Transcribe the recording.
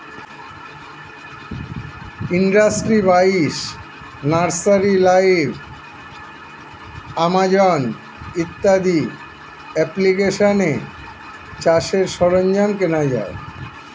industry বাইশ, nursery live, Amazon ইত্যাদি অ্যাপ্লিকেশানে চাষের সরঞ্জাম কেনা যায়